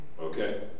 Okay